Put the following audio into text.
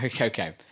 Okay